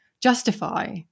justify